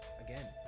again